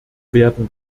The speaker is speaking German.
werden